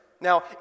Now